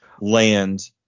land